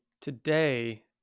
today